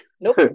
Nope